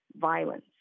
violence